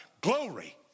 Glory